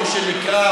כמו שנקרא,